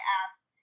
asked